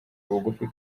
bugufi